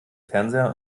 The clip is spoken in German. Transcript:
fernseher